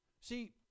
See